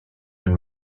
and